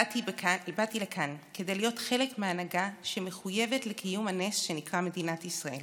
באתי לכאן כדי להיות חלק מהנהגה שמחויבת לקיום הנס שנקרא מדינת ישראל,